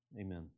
Amen